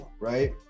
right